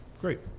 Great